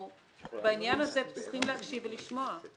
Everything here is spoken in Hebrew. בעניין הזה אנחנו צריכים להקשיב ולשמוע.